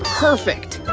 perfect!